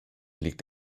liegt